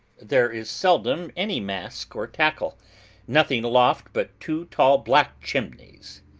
there is seldom any mast or tackle nothing aloft but two tall black chimneys.